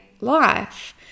life